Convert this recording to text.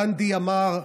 גנדי אמר: